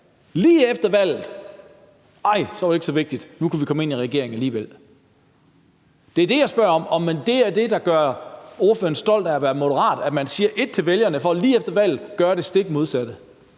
Lige efter valget var det så ikke så vigtigt; nu kan vi komme ind i regeringen alligevel. Det er det, jeg spørger om, altså om det, der gør ordføreren stolt af at være moderat, er, at man siger en ting til vælgerne for så lige efter valget at gøre det stik modsatte.